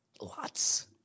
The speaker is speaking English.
Lots